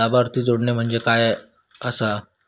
लाभार्थी जोडणे म्हणजे काय आसा?